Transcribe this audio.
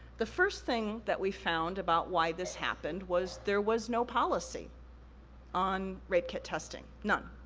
the first thing that we found about why this happened, was there was no policy on rape kit testing, none.